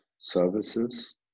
services